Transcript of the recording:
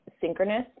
synchronous